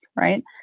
right